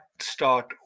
start